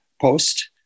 post